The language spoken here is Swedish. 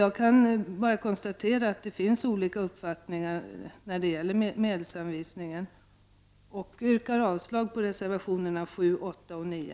Jag kan bara konstatera att det finns olika uppfattningar när det gäller medelsanvisningen, och jag yrkar avslag på reservationerna 7, 8 och 9.